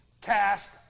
cast